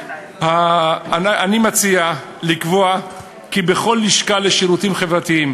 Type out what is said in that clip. אני מציע לקבוע כי בכל לשכה לשירותים חברתיים